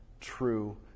true